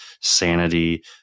sanity